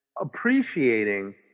appreciating